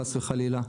חס וחלילה,